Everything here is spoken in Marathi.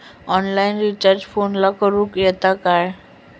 ऑनलाइन रिचार्ज फोनला करूक येता काय?